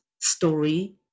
story